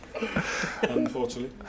Unfortunately